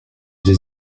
des